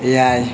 ᱮᱭᱟᱭ